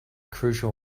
crucial